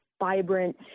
vibrant